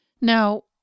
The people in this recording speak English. Now